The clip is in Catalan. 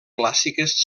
clàssiques